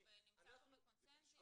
והוא נמצא פה בקונצנזוס.